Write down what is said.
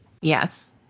Yes